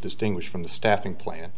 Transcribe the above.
distinguished from the staffing plan